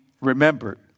remembered